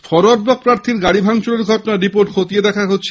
forward bloc প্রার্থীর গাড়ি ভাঙচুরের ঘটনার রিপোর্ট খতিয়ে দেখা হচ্ছে